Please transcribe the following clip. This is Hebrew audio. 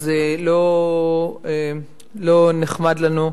אז לא נחמד לנו.